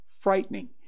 frightening